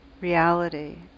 reality